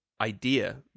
idea